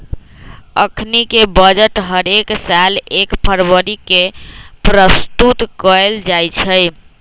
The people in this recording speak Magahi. अखनीके बजट हरेक साल एक फरवरी के प्रस्तुत कएल जाइ छइ